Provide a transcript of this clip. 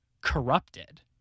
corrupted